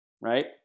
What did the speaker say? right